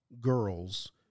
girls